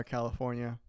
California